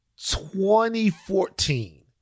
2014